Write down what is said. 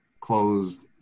closed